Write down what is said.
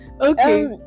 Okay